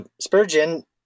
Spurgeon